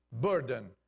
burden